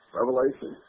Revelation